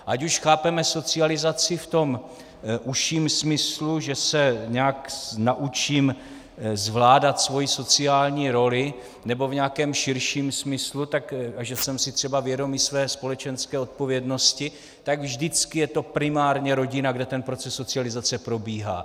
Ať už chápeme socializaci v tom užším smyslu, že se nějak naučím zvládat svoji sociální roli, nebo v nějakém širším smyslu, že jsem si třeba vědom i své společenské odpovědnosti, tak vždycky je to primárně rodina, kde ten proces socializace probíhá.